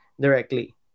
directly